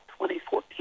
2014